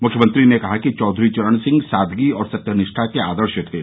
मुख्यमंत्री ने कहा कि चौधरी चरण सिंह सादगी और सत्यनिष्ठा के आदर्श थे